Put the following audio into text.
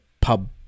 pub